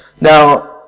Now